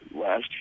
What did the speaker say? last